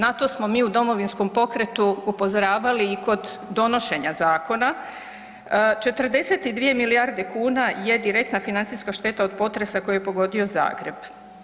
Na to smo mi u Domovinskom pokretu upozoravali i kod donošenja zakona, 42 milijarde kuna je direktna financijska šteta od potresa koji je pogodio Zagreb.